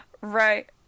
Right